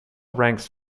ranks